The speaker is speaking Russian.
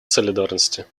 солидарности